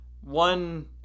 one